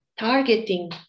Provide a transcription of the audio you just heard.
targeting